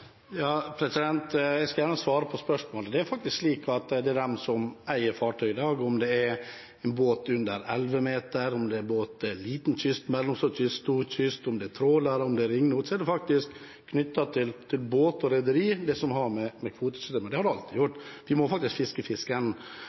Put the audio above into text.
Jeg vil gjerne svare på spørsmålet. Det er faktisk slik at når det gjelder de som eier fartøyet i dag – om det er en båt under 11 meter, om det er liten kyst, mellomstor kyst eller stor kyst, om det er tråler, om det er ringnot – er det knyttet til båt og rederi det som har med kvotesystemet å gjøre. Det har det alltid vært. De må faktisk fiske